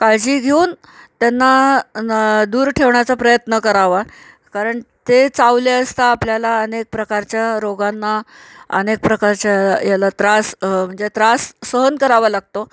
काळजी घेऊन त्यांना न दूर ठेवण्याचा प्रयत्न करावा कारण ते चावले असता आपल्याला अनेक प्रकारच्या रोगांना अनेक प्रकारच्या याला त्रास म्हणजे त्रास सहन करावा लागतो